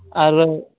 ᱟᱨ